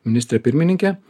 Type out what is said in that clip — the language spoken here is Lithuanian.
ministrė pirmininkė